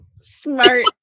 smart